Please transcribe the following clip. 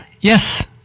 Yes